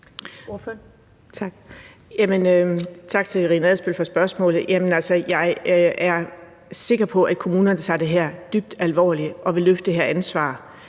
Jeg er sikker på, at kommunerne tager det her dybt alvorligt og vil løfte det